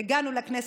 הגענו לכנסת,